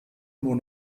nur